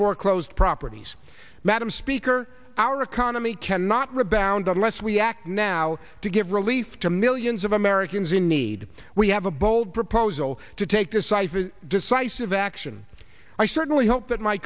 foreclosed properties madam speaker our economy cannot rebound unless we act now to give relief to millions of americans in need we have a bold proposal to take decisive decisive action i certainly hope that my